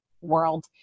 world